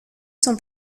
son